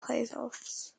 playoffs